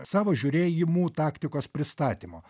savo žiūrėjimų taktikos pristatymo